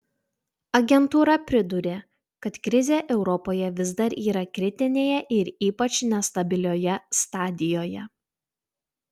agentūra pridūrė kad krizė europoje vis dar yra kritinėje ir ypač nestabilioje stadijoje